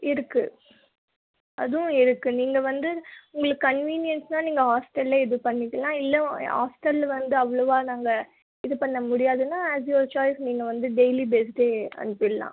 இருக்குது அதுவும் இருக்குது நீங்கள் வந்து உங்களுக்கு கன்வீனியன்ஸ்னால் நீங்கள் ஹாஸ்டலிலே இது பண்ணிக்கலாம் இல்லை ஹாஸ்டல் வந்து அவ்வளோவா நாங்கள் இது பண்ண முடியாதுன்னால் ஆஸ் யுவர் சாய்ஸ் நீங்கள் வந்து டெய்லி பேஸ்டே அனுப்பிடலாம்